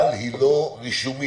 אבל היא לא רישומית.